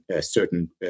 certain